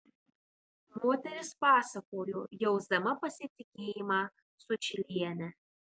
moteris pasakojo jausdama pasitikėjimą sučyliene